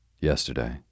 Yesterday